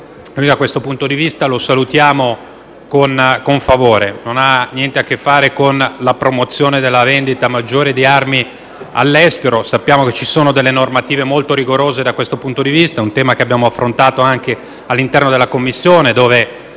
Da questo punto di vista, lo salutiamo con favore. La ratifica non ha niente a che fare con la promozione di una maggiore vendita di armi all'estero; sappiamo che ci sono normative molto rigorose da questo punto di vista. È un tema che abbiamo affrontato anche all'interno della Commissione, dove